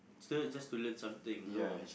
still just to learn something no